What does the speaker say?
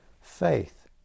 faith